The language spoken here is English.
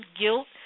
guilt